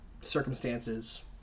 circumstances